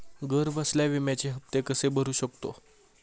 घरबसल्या विम्याचे हफ्ते कसे भरू शकतो?